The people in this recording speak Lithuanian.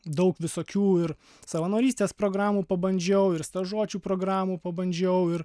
daug visokių ir savanorystės programų pabandžiau ir stažuočių programų pabandžiau ir